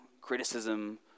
criticism